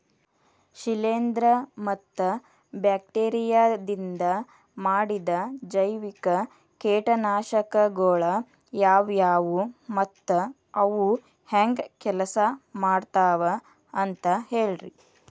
ಶಿಲೇಂಧ್ರ ಮತ್ತ ಬ್ಯಾಕ್ಟೇರಿಯದಿಂದ ಮಾಡಿದ ಜೈವಿಕ ಕೇಟನಾಶಕಗೊಳ ಯಾವ್ಯಾವು ಮತ್ತ ಅವು ಹೆಂಗ್ ಕೆಲ್ಸ ಮಾಡ್ತಾವ ಅಂತ ಹೇಳ್ರಿ?